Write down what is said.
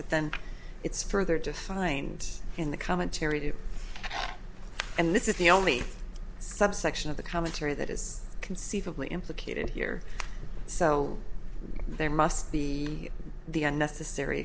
but then it's further defined in the commentary do and this is the only subsection of the commentary that is conceivably implicated here so there must be the necessary